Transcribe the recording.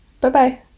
bye-bye